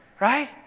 Right